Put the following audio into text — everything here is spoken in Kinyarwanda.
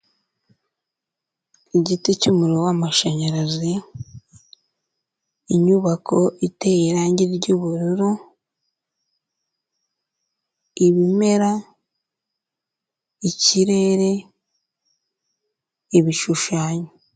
Igiti cy'umuriro w'amashanyarazi, inyubako iteye irange ry'ubururu, ibimera, ikirere, ibishushanyo.